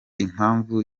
impamvu